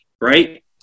right